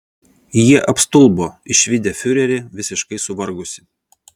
jie apstulbo išvydę fiurerį visiškai suvargusį